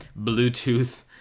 Bluetooth